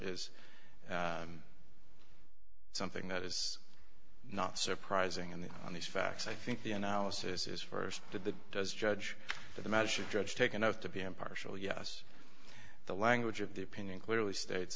is something that is not surprising and on these facts i think the analysis is st did that does judge the magic judge take enough to be impartial yes the language of the opinion clearly states